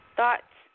Thoughts